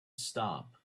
stop